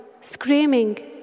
screaming